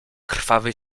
krwawy